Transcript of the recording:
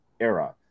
era